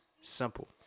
Simple